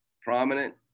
prominent